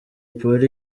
polly